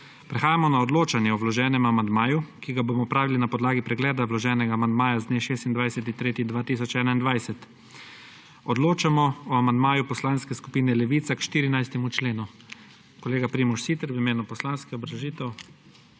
Prehajamo na odločanje o vloženem amandmaju, ki ga bomo opravili na podlagi pregleda vloženega amandmaja z dne 26. 3. 2021. Odločamo o amandmaju Poslanske skupine Levica k 14. členu. Kolega Primož Siter ima obrazložitev